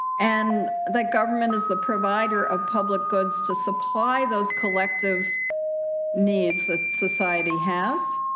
and that government is the provider of public goods to supply those collective needs that society has